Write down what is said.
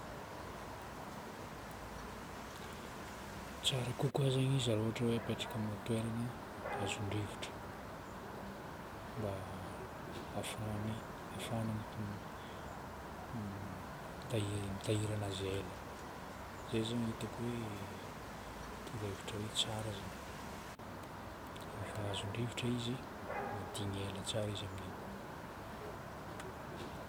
Tsara kokoa zagny izy raha ohatra hoe apetraka amin'ny toerana azon-drivotra mba hahafahagny, hahafahagna mitahiry, mitahiry anazy ela. Zay zao no hitako hoe torohevitra hoe tsara zagny. Rehefa azon-drivotra izy, madigny ela tsara izy amin'igny.